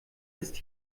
ist